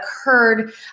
occurred